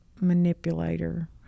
manipulator